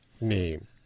name